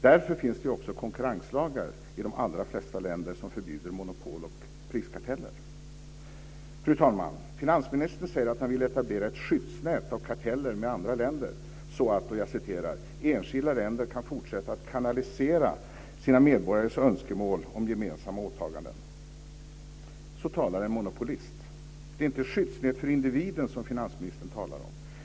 Därför finns det också konkurrenslagar i de allra flesta länder som förbjuder monopol och priskarteller. Fru talman! Finansministern säger att han vill etablera ett skyddsnät av karteller med andra länder, "så att enskilda länder kan fortsätta att kanalisera sina medborgares önskemål om gemensamma åtaganden". Så talar en monopolist. Det är inte ett skyddsnät för individen som finansministern talar om.